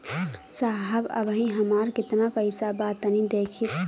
साहब अबहीं हमार कितना पइसा बा तनि देखति?